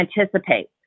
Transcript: anticipate